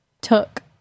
took